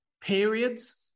periods